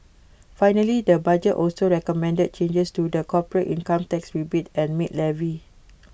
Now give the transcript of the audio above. finally the budget also recommended changes to the corporate income tax rebate and maid levy